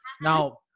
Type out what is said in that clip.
Now